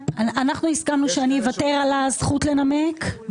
אנחנו הסכמנו שאני אוותר על הזכות לנמק,